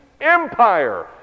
Empire